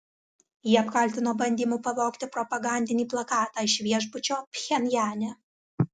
jį apkaltino bandymu pavogti propagandinį plakatą iš viešbučio pchenjane